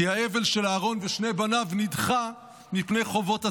כי האבל של אהרן ושני בניו נדחה מפני חובות הציבור.